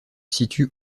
situe